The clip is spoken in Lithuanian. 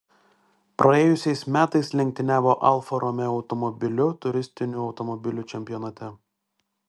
praėjusiais metais lenktyniavo alfa romeo automobiliu turistinių automobilių čempionate